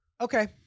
Okay